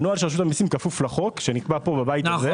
הנוהל של רשות המיסים כפוף לחוק שנקבע פה בבית הזה.